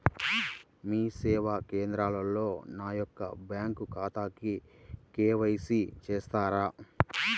మీ సేవా కేంద్రంలో నా యొక్క బ్యాంకు ఖాతాకి కే.వై.సి చేస్తారా?